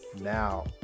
now